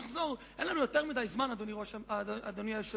אין לנו יותר מדי זמן, אדוני היושב-ראש,